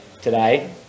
today